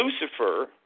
Lucifer